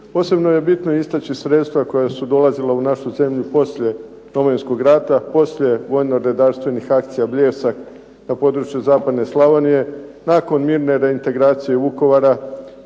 Posebno je bitno istaći sredstva koja su dolazila u našu zemlju poslije Domovinskog rata, poslije vojno redarstvenih akcija "Bljesak" na području zapadne Slavonije, nakon mirne reintegracije Vukovara